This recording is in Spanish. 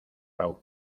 pau